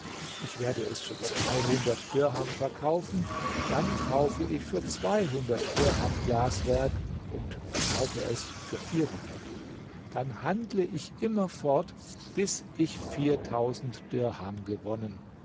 ich werde es für dirham verkaufen dann kaufe ich für dirham glaswerk und verkaufe es für dann handle ich immer fort bis ich dirham gewonnen